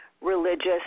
religious